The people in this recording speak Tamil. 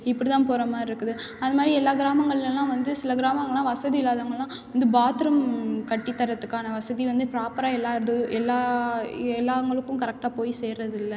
இப்படி தான் போகிற மாதிரி இருக்குது அது மாதிரி எல்லா கிராமங்கள்லெல்லாம் வந்து சில கிராமங்களாம் வசதி இல்லாதவங்கல்லாம் வந்து பாத்ரூம் கட்டி தரத்துக்கான வசதி வந்து ப்ராப்பராக எல்லா இது எல்லா எல்லாவங்களுக்கும் கரெக்டாக போய் சேர்வதில்ல